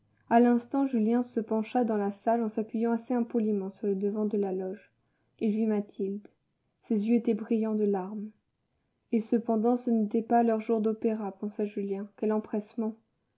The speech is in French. a l'instant julien se pencha dans la salle en s'appuyant assez impoliment sur le devant de la loge il vit mathilde ses yeux étaient brillants de larmes et cependant ce n'est pas leur jour d'opéra pensa julien quel empressement